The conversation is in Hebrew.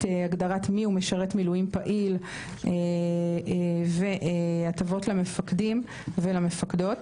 הגדרת מיהו משרת מילואים פעיל והטבות למפקדים ולמפקדות.